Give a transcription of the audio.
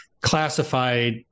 classified